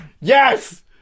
Yes